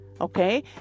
Okay